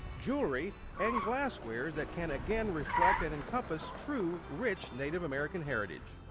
jewelry and glasswares that can again reflect and encompass true, rich native american heritage.